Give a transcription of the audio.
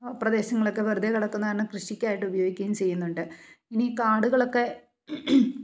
ആ പ്രദേശങ്ങളൊക്കെ വെറുതെ കെടക്കുന്നതു കാരണം കൃഷിക്കായിട്ട് ഉപയോഗിക്കുകയും ചെയ്യുന്നുണ്ട് ഇനി കാടുകളൊക്കെ